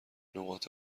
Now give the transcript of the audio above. نقاط